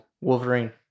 Wolverine